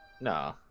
no